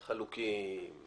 זה